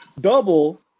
double